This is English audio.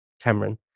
Cameron